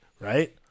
Right